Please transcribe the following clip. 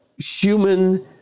human